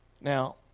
Now